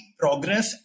progress